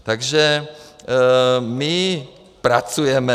Takže my pracujeme.